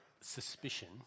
suspicion